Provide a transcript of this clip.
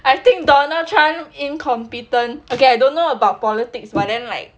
I think donald trump incompetent okay I don't know about politics but then like